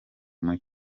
muke